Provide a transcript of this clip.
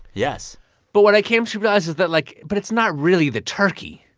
yes but what i came to realize is that, like but it's not really the turkey.